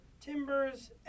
Timbers